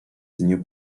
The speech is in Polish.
dniu